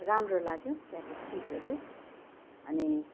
राम्रो लाग्यो त्यहाँको सिटहरू अनि